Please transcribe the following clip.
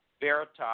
veritas